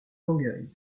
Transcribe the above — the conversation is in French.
longueuil